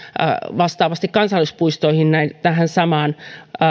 vastaavasti kansallispuistoihin tähän samaan